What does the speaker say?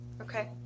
okay